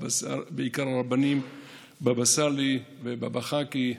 בעיקר הרבנים בבא סאלי ובבא חאקי,